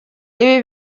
ibi